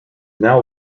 now